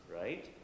right